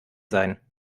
sein